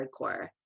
hardcore